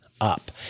Up